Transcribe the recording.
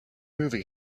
movie